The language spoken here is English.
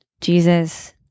jesus